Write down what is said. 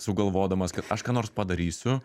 sugalvodamas kad aš ką nors padarysiu